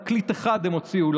תקליט אחד הם הוציאו,